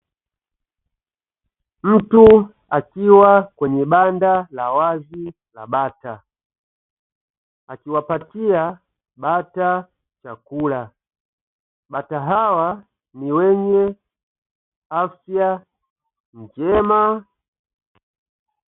Mtu akiwa kwenye banda la wazi la bata, akiwapatia bata chakula; bata hawa ni wenye afya njema.